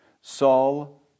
Saul